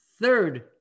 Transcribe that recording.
third